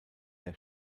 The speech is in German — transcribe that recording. der